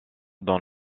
dans